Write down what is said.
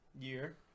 year